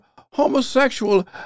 homosexual